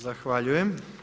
Zahvaljujem.